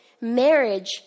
marriage